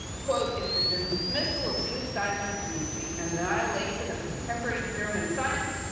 quote, if the dismissal of jewish scientists means the annihilation of contemporary german science,